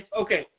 Okay